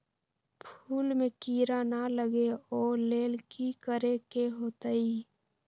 फूल में किरा ना लगे ओ लेल कि करे के होतई?